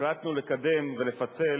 החלטנו לקדם ולפצל